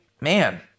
man